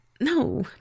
no